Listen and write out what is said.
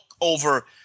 over